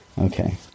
Okay